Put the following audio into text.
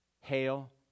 hail